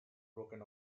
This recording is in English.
broken